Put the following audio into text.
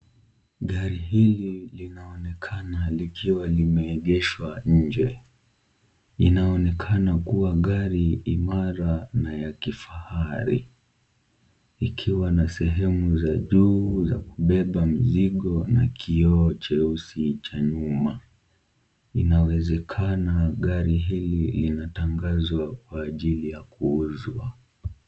Gari hili linaonekana likiwa limeegeshwa nje, linaonekana kuwa gari imara na ya kifahari, ikiwa na sehemu za juu za kubeba mzigo na kioo cheusi cha nyuma, inawezakana gari hili linatangazwa kwa ajili ya kuuzwa.